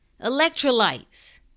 Electrolytes